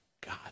God